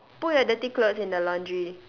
put your dirty clothes in the laundry